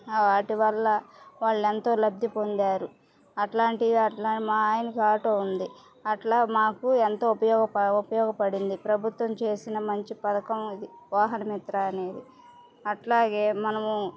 వాటి వల్ల వాళ్ళు ఎంతో లబ్ధి పొందారు అట్లాంటి అట్లా మా ఆయనకి ఆటో ఉంది అట్లా మాకు ఎంతో ఉపయోగపడింది ప్రభుత్వం చేసిన మంచి పథకం అది వాహన మిత్రా అనేది అట్లాగే మనము